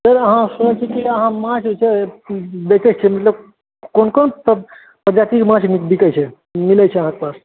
ओ अहाँ सुनै छी की माछ जे छै बेचै छियै मतलब कोन कोन प्रजाति के माछ बिकै छै मिलै छै अहाँके पास